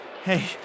Hey